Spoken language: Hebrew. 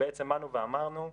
אמרנו,